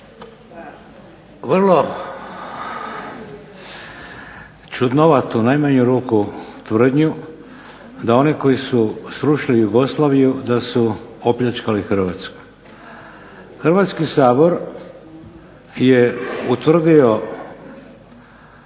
Hrvatski sabor je utvrdio